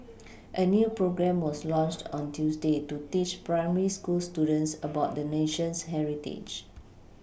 a new programme was launched on Tuesday to teach primary school students about the nation's heritage